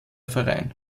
verein